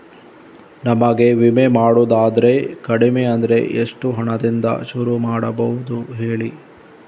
ನಮಗೆ ವಿಮೆ ಮಾಡೋದಾದ್ರೆ ಕಡಿಮೆ ಅಂದ್ರೆ ಎಷ್ಟು ಹಣದಿಂದ ಶುರು ಮಾಡಬಹುದು ಹೇಳಿ